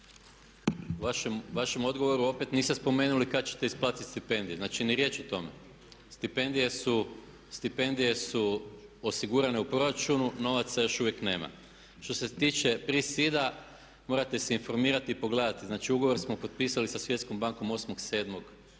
U vašem odgovoru opet niste spomenuli kada ćete isplatiti stipendije, znači ni riječi o tome. Stipendije su osigurane u proračunu, novaca još uvijek nema. Što se tiče PRISID-a morate se informirati i pogledati. Znači ugovor smo potpisali sa Svjetskom bankom